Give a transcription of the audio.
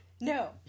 No